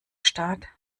staat